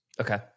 Okay